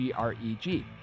GREG